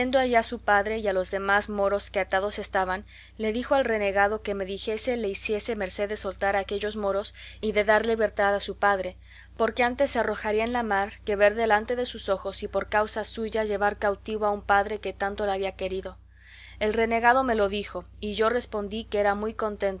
y viendo allí a su padre y a los demás moros que atados estaban le dijo al renegado que me dijese le hiciese merced de soltar a aquellos moros y de dar libertad a su padre porque antes se arrojaría en la mar que ver delante de sus ojos y por causa suya llevar cautivo a un padre que tanto la había querido el renegado me lo dijo y yo respondí que era muy